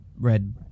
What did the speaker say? red